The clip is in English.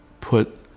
put